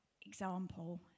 example